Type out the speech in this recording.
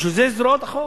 בשביל זה יש זרועות החוק.